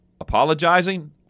apologizing